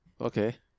Okay